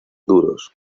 duros